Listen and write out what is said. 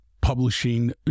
publishing